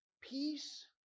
peace